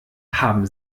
haben